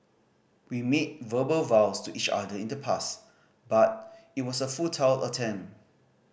we made verbal vows to each other in the past but it was a futile attempt